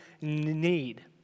need